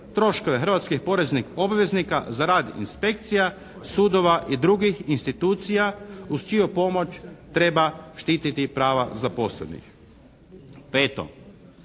Peto.